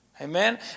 Amen